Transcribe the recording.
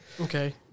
Okay